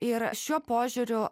ir šiuo požiūriu